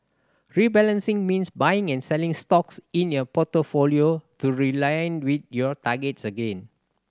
rebalancing means buying and selling stocks in your portfolio to realign with your targets again